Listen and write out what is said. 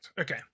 Okay